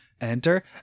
enter